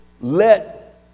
let